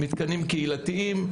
מתקנים קהילתיים,